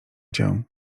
cię